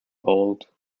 bold